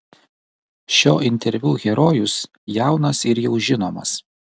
šio interviu herojus jaunas ir jau žinomas